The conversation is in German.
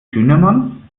schünemann